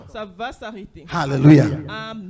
Hallelujah